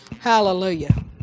Hallelujah